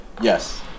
yes